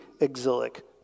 exilic